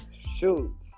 Shoot